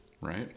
right